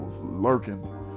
lurking